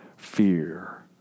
fear